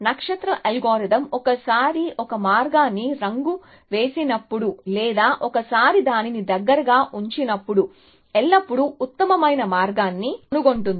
నక్షత్ర అల్గోరిథం ఒకసారి అది ఒక మార్గాన్ని రంగు వేసినప్పుడు లేదా ఒకసారి దానిని దగ్గరగా ఉంచినప్పుడు ఎల్లప్పుడూ ఉత్తమమైన మార్గాన్ని కనుగొంటుంది